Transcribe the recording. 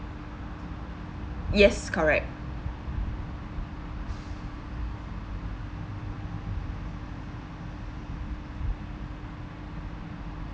yes correct